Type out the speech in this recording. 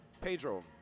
Pedro